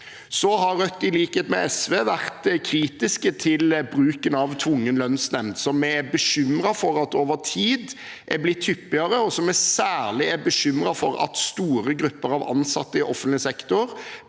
har i likhet med SV vært kritisk til bruken av tvungen lønnsnemnd, som vi er bekymret for at over tid er blitt hyppigere, og som vi særlig er bekymret for at store grupper av ansatte i offentlig sektor